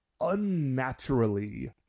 unnaturally